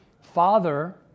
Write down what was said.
father